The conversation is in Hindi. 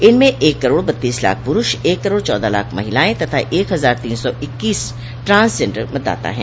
इनमें एक करोड़ बत्तीस लाख पुरूष एक करोड़ चौदह लाख महिलाएं तथा एक हजार तीन सौ इक्कीस ट्रांस जेंडर मतदाता है